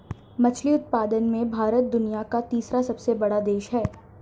मछली उत्पादन में भारत दुनिया का तीसरा सबसे बड़ा देश है